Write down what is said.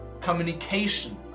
Communication